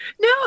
No